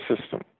system